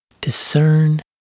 Discern